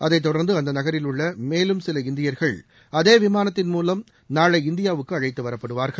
அதை தொடர்ந்து அந்த நகரில் உள்ள மேலும் சில இந்தியர்கள் அதே விமானத்தின் மூலம் நாளை இந்தியாவுக்கு அழைத்து வரப்படுவார்கள்